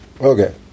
Okay